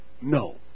No